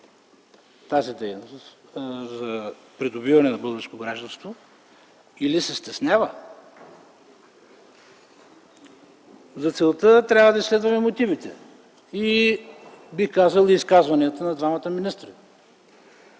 тази дейност (за придобиване на българско гражданство), или се стеснява? За целта трябва да следваме мотивите, бих казал, и изказванията на двамата министри.